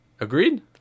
Agreed